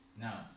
Now